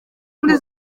muri